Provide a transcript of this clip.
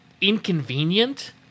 inconvenient